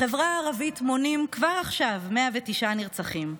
בחברה הערבית מונים כבר עכשיו 109 נרצחים,